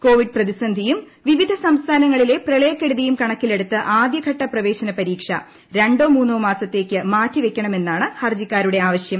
Covid പ്രതിസ്ന്ധിയും വിവിധ സംസ്ഥാനങ്ങളിലെ പ്രളയക്കെടുതിയും കണക്കിലെടുത്ത് ആദ്യഘട്ട പ്രവേശന പരീക്ഷ രണ്ടോ മൂന്നോമാസത്തേക്ക് മാറ്റിവയ്ക്കണമെന്നാണ് ഹർജിക്കാരുടെ ആവശ്യം